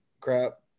crap